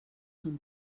són